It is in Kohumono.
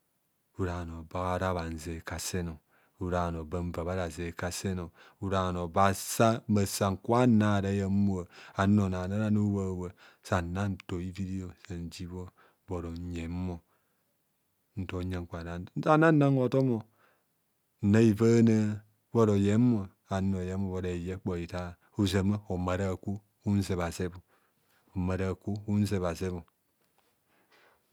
. Ora bhanor bara bhanze kasen ora bhano ban va bhartaze kasan ora nor bansa mmansaka nrarai mma no ono aniarani obhou abhoa sana nto iviri ji bho bhoro nyemo ntom nya kwarantomor. sana nnan hotomo nna evana bhoro yemo auo yem bhoro eye kpo hitabho ozama homare akwo henzebhazebh homare akwo hunzebhazebho